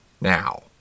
Now